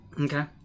Okay